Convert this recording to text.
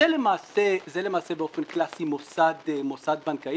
זה למעשה באופן קלאסי מוסד בנקאי,